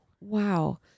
Wow